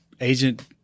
Agent